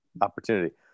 opportunity